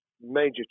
major